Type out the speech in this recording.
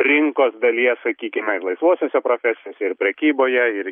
rinkos dalies sakykime laisvosiose profesijose ir prekyboje ir